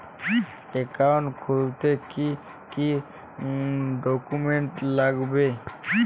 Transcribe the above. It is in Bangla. অ্যাকাউন্ট খুলতে কি কি ডকুমেন্ট লাগবে?